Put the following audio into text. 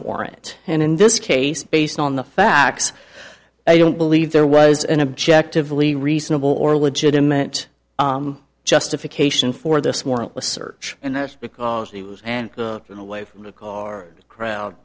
warrant and in this case based on the facts i don't believe there was an objective lee reasonable or legitimate justification for this warrantless search and that's because he was an away from the card crowd